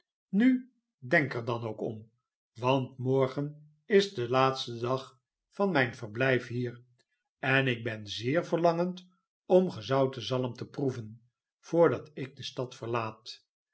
nu denk er dan ook om want morgen is de laatste dag van mijn verblijf hier en ik ben zeer verlangend om gezouten zalm te proeven voordat ik de stad verlaat